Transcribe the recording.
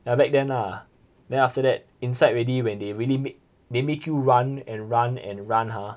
ya back then lah then after that inside ready when they really make they make you run and run and run !huh!